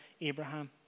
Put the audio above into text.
Abraham